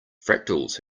fractals